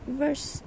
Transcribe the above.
verse